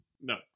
No